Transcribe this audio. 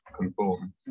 conform